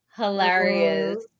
hilarious